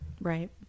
right